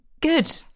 good